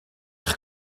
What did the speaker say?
eich